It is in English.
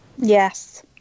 Yes